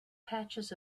patches